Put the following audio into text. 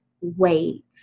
wait